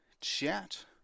chat